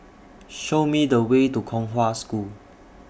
Show Me The Way to Kong Hwa School